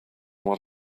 what